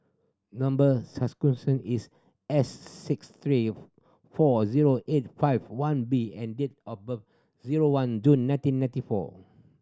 number is S six three four zero eight five one B and date of birth zero one June nineteen ninety four